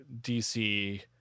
dc